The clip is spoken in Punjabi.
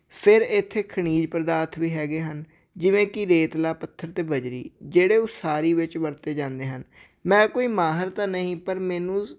ਫਿਰ ਇੱਥੇ ਖਣਿਜ ਪਦਾਰਥ ਵੀ ਹੈਗੇ ਹਨ ਜਿਵੇਂ ਕਿ ਰੇਤਲਾ ਪੱਥਰ ਅਤੇ ਬਜਰੀ ਜਿਹੜੇ ਉਸਾਰੀ ਵਿੱਚ ਵਰਤੇ ਜਾਂਦੇ ਹਨ ਮੈਂ ਕੋਈ ਮਾਹਰ ਤਾਂ ਨਹੀਂ ਪਰ ਮੈਨੂੰ